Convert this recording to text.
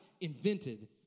invented